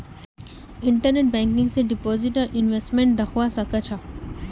internet banking स deposit आर investment दख्वा स ख छ